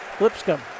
Lipscomb